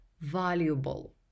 valuable